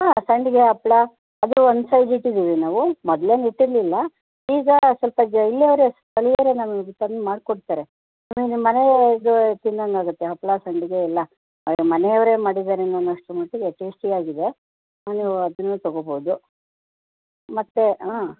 ಹಾಂ ಸಂಡಿಗೆ ಹಪ್ಳ ಅದು ಒನ್ ಸೈಡ್ ಇಟ್ಟಿದ್ದೀವಿ ನಾವು ಮೊದ್ಲೇನೂ ಇಟ್ಟಿರಲಿಲ್ಲ ಈಗ ಸ್ವಲ್ಪ ಜ ಇಲ್ಲಿಯವ್ರೇ ಸ್ಥಳೀಯರೇ ನಮ್ಗೆ ತಂದು ಮಾಡಿಕೊಡ್ತಾರೆ ನೀವು ನಿಮ್ಮ ಮನೆ ಇದು ತಿಂದಂಗೆ ಆಗುತ್ತೆ ಹಪ್ಪಳ ಸಂಡಿಗೆ ಎಲ್ಲ ಮನೆಯವರೇ ಮಾಡಿದಾರೇನೋ ಅನ್ನುವಷ್ಟ್ರ ಮಟ್ಟಿಗೆ ಟೇಶ್ಟಿಯಾಗಿದೆ ಹಾಂ ನೀವು ಅದನ್ನೂ ತಗೋಬೌದು ಮತ್ತು ಹಾಂ